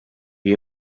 you